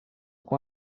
com